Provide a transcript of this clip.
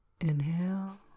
inhale